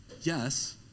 Yes